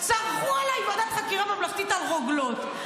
צרחו עליי "ועדת חקירה ממלכתית" על רוגלות,